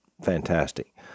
fantastic